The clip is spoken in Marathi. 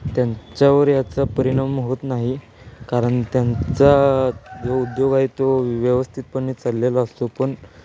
त्यांच्यावर याचा परिणाम होत नाही कारण त्यांचा जो उद्योग आहे तो व्यवस्थितपणे चाललेला असतो पण